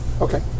Okay